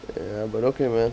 ya but okay man